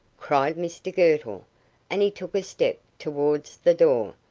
cried mr girtle and he took a step towards the door.